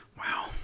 Wow